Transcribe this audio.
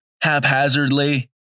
haphazardly